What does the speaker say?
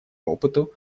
опыту